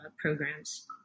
programs